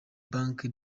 banki